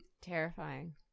Terrifying